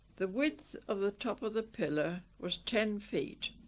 the width of the top of the pillar was ten feet.